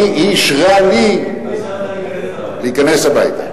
היא אישרה לי, אישרה לך להיכנס הביתה.